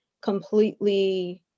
completely